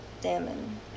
damon